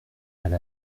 elle